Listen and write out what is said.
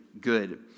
good